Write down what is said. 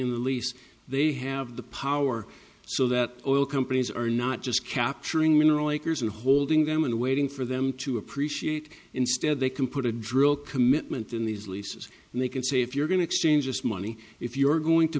in the lease they have the power so that oil companies are not just capturing mineral acres and holding them and waiting for them to appreciate instead they can put a drill commitment in these leases and they can say if you're going to exchange this money if you're going to